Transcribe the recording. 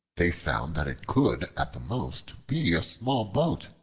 they found that it could at the most be a small boat,